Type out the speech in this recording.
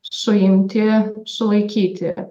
suimti sulaikyti